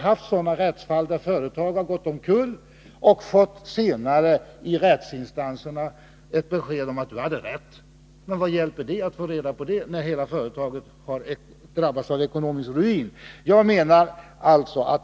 X Det finns faktiskt fall då företagen gått omkull under den tid ärendena domstolsbehandlats — och senare i rättsinstanserna har företagarna fått besked om att de hade rätt. Men vad hjälper det att få reda på det när hela företaget har drabbats av ekonomisk ruin?